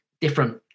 different